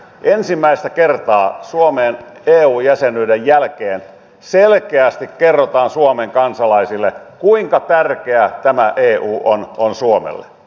ensimmäistä kertaa suomen eu jäsenyyden jälkeen selkeästi kerrotaan suomen kansalaisille kuinka tärkeä tämä eu on suomelle